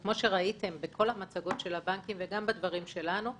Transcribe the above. כמו שראיתם בכל המצגות של הבנקים ובדברים שלנו,